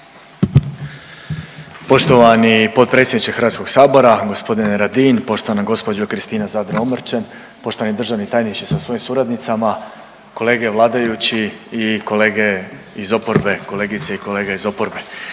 Poštovani potpredsjedniče HS-a g. Radin, poštovana gospođo Kristina Zadro Omrčen, poštovani državni tajniče sa svojim suradnicama, kolege vladajući i kolege iz oporbe, kolegice i kolege iz oporbe.